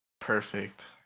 Perfect